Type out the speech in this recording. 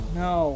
no